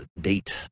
date